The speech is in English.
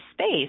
space